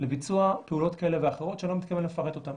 לביצוע פעולות כאלה ואחרות שאני לא מתכוון לפרט אותן.